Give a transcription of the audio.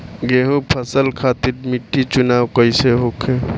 गेंहू फसल खातिर मिट्टी चुनाव कईसे होखे?